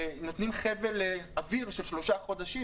ונותנים אוויר של שלושה חודשים.